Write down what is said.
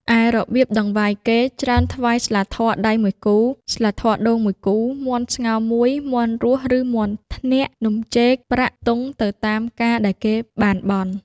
ឯរបៀបតង្វាយគេ ច្រើនថ្វាយស្លាធម៌ដៃ ១គូ ស្លាធម៌ដូង ១គូ មាន់ស្ងោរ ១ មាន់រស់ ឬ មាន់ធ្នាក់ នំ ចេក ប្រាក់ ទង់ ទៅតាម ការដែលគេបានបន់ ។